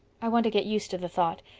i want to get used to the thought.